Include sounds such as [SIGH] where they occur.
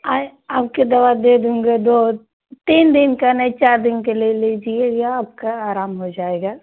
[UNINTELLIGIBLE] आपको दवा दे दूँगा दो तीन दिन का नहीं चार दिन के लिए लीजिए यह आपका आराम हो जाएगा